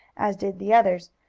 as did the others,